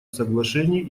соглашений